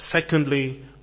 Secondly